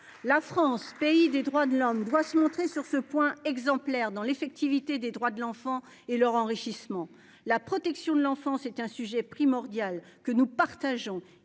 La France pays des droits de l'homme doit se montrer sur ce point exemplaire dans l'effectivité des droits de l'enfant et leur enrichissement la protection de l'enfance est un sujet primordial que nous partageons